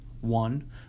One